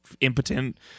impotent